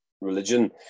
religion